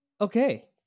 okay